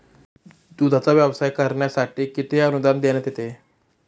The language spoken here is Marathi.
दूधाचा व्यवसाय करण्यासाठी किती अनुदान देण्यात येते?